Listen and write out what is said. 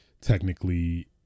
technically